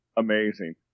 Amazing